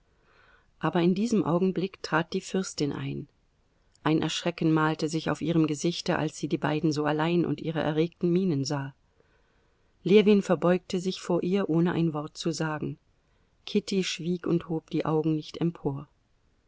aber in diesem augenblick trat die fürstin ein ein erschrecken malte sich auf ihrem gesichte als sie die beiden so allein und ihre erregten mienen sah ljewin verbeugte sich vor ihr ohne ein wort zu sagen kitty schwieg und hob die augen nicht empor